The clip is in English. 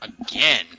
again